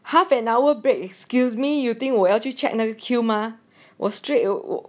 half an hour break excuse me you think 我要去 check 那个 queue mah was straight